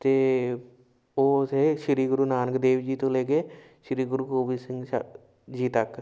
ਅਤੇ ਉਹ ਥੇ ਸ਼੍ਰੀ ਗੁਰੂ ਨਾਨਕ ਦੇਵ ਜੀ ਤੋਂ ਲੈ ਕੇ ਸ਼੍ਰੀ ਗੁਰੂ ਗੋਬਿੰਦ ਸਿੰਘ ਸਾ ਜੀ ਤੱਕ